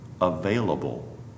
available